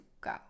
go